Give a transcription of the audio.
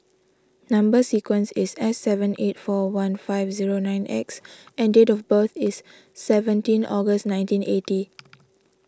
Number Sequence is S seven eight four one five zero nine X and date of birth is seventeen August nineteen eighty